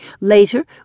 Later